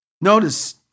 Notice